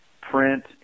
print